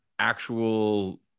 actual